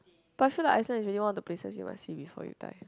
but I feel like Iceland is really one of the places you must see before you die